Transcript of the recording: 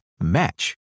match